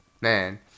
Man